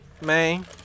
Man